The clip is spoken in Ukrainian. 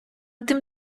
тим